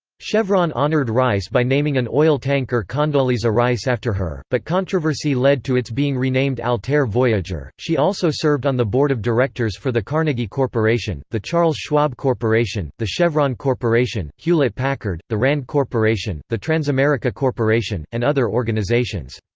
chevron honored rice by naming an oil tanker condoleezza rice after her, but controversy led to its being renamed altair voyager she also served on the board of directors for the carnegie corporation, the charles schwab corporation, the chevron corporation, hewlett packard, the rand corporation, the transamerica corporation, and other organizations.